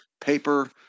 paper